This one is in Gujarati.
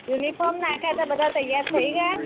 યુનિફોર્મ નાખ્યા હતા બધા તૈયાર થઈ ગયા